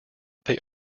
they